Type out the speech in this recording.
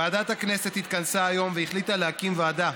ועדת הכנסת התכנסה היום והחליטה להקים ועדה,